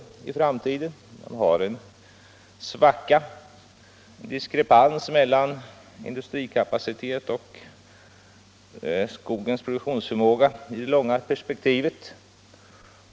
Det är en diskrepans mellan industrikapacitet och skogens produktionsförmåga i det långa perspektivet.